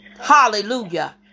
Hallelujah